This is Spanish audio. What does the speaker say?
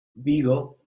vigo